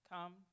Come